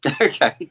Okay